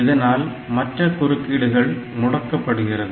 இதனால் மற்ற குறுக்கீடுகள் முடக்கப்படுகிறது